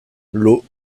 l’eau